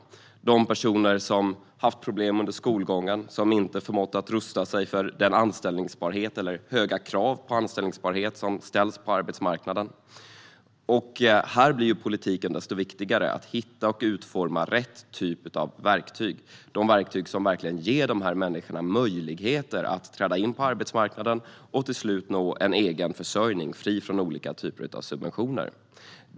Det handlar om personer som haft problem under skolgången och inte förmått att rusta sig för de höga krav på anställbarhet som ställs på arbetsmarknaden. Här blir politiken desto viktigare - att hitta och utforma rätt typ av verktyg, som verkligen ger dessa människor möjlighet att träda in på arbetsmarknaden och till slut nå en egen försörjning utan olika typer av subventioner.